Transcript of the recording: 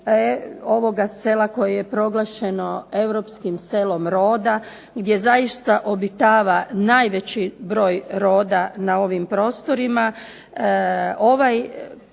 ovoga sela koje je proglašeno europskim selom roda, gdje zaista obitava najveći broj roda na ovim prostorima. Ovaj